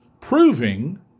proving